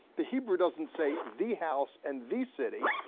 the hebrew doesn't say the house and the city,